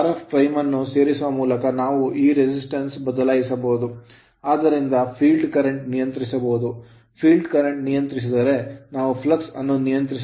Rf ಅನ್ನು ಸೇರಿಸುವ ಮೂಲಕ ನಾವು ಈ resistance ಪ್ರತಿರೋಧವನ್ನು ಬದಲಾಯಿಸಬಹುದು ಆದ್ದರಿಂದ field current ಫೀಲ್ಡ್ ಕರೆಂಟ್ ನಿಯಂತ್ರಿಸಬಹುದು field current ಕ್ಷೇತ್ರ ಕರೆಂಟ್ ನಿಯಂತ್ರಿಸಿದರೆ ನಾವು flux ಫ್ಲಕ್ಸ್ ಅನ್ನು ನಿಯಂತ್ರಿಸುತ್ತಿದ್ದೇವೆ